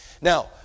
Now